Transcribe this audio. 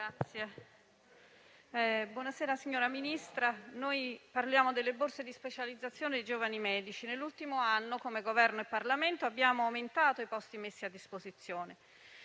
Presidente, signora Ministra, noi parliamo delle borse di specializzazione dei giovani medici. Nell'ultimo anno, come Governo e Parlamento, abbiamo aumentato i posti messi a disposizione,